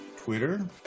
Twitter